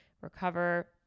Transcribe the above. recover